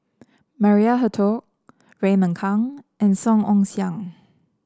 Maria Hertogh Raymond Kang and Song Ong Siang